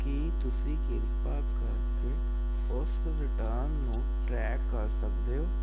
ਕੀ ਤੁਸੀਂ ਕਿਰਪਾ ਕਰਕੇ ਉਸ ਰਿਟਰਨ ਨੂੰ ਟਰੈਕ ਕਰ ਸਕਦੇ ਹੋ